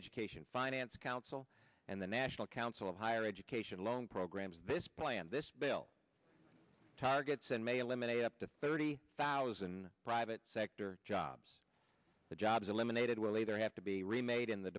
education finance council and the national council of higher education loan programs this plan this bill targets and may eliminate up to thirty thousand private sector jobs the jobs eliminated will either have to be remade in the